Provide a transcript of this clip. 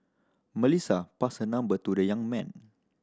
Melissa passed her number to the young man